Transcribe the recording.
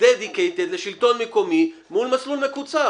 dedicated לשלטון מקומי מול מסלול מקומי,